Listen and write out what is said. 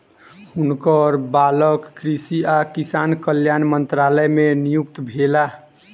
हुनकर बालक कृषि आ किसान कल्याण मंत्रालय मे नियुक्त भेला